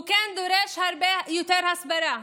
הוא כן דורש הרבה יותר הסברה,